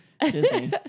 Disney